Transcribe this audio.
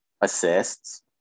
assists